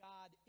God